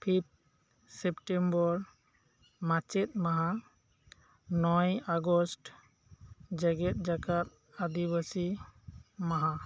ᱯᱷᱤᱯ September ᱢᱟᱪᱮᱫ ᱢᱟᱦᱟ ᱱᱚᱭ ᱟᱜᱚᱥᱴ ᱡᱮᱜᱮᱫ ᱡᱟᱠᱟᱛ ᱟᱹᱫᱤᱵᱟᱹᱥᱤ ᱢᱟᱦᱟ